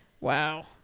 wow